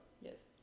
Yes